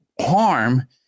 harm